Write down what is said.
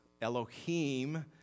Elohim